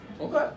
Okay